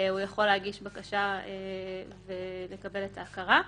הוא יכול להגיש בקשה ולקבל את ההכרה.